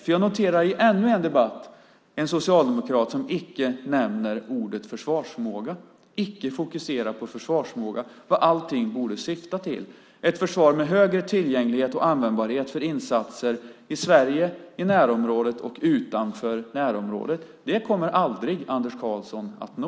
Jag noterar i ännu en debatt att en socialdemokrat icke nämner ordet försvarsförmåga, icke fokuserar på försvarsförmåga - vad allting borde syfta till. Ett försvar med högre tillgänglighet och användbarhet för insatser i Sverige, i närområdet och utanför närområdet kommer aldrig Anders Karlsson att nå.